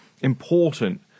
important